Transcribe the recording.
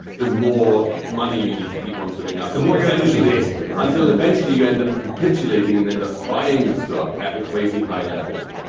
the more money you need to keep on putting up, the more you're usually a sickly or until eventually you end up capitulating and end up buying the stock at a crazy high level.